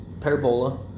Parabola